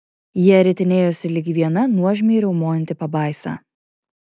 jie ritinėjosi lyg viena nuožmiai riaumojanti pabaisa